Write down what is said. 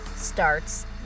starts